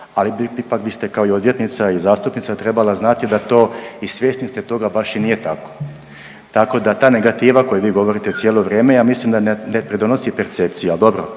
ali ipak biste kao i odvjetnica i zastupnica trebala znati da to i svjesni ste toga baš i nije tako. Tako da ta negativa koju vi govorite cijelo vrijeme ja mislim da ne donosi percepciji, al dobro